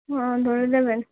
ও ধরে দেবেন